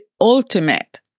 ultimate